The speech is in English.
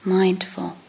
mindful